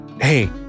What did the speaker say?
Hey